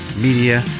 Media